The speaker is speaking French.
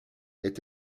est